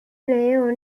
player